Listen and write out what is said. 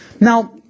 Now